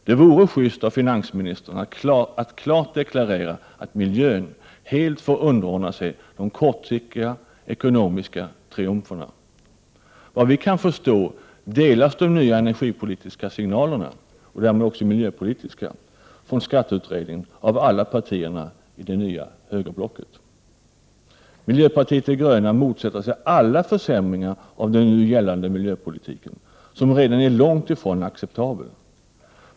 Det vore schyst av finansministern att klart deklarera att miljön får helt underordna sig de kortsiktiga ekonomiska triumferna. Efter vad vi kan förstå delas de nya energipolitiska — och därmed också miljöpolitiska — signalerna från skatteutredningen av alla partierna i det nya högerblocket. Miljöpartiet de gröna motsätter sig alla försämringar av den nu gällande miljöpolitiken, som redan är långt ifrån acceptabel.